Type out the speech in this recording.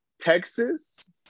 Texas